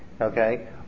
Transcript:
okay